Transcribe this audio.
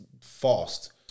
fast